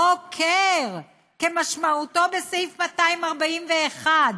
חוקר, כמשמעותו בסעיף 241,